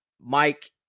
Mike